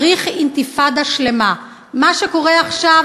צריך אינתיפאדה שלמה, מה שקורה עכשיו